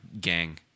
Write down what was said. gang